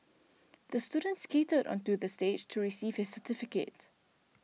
the student skated onto the stage to receive his certificate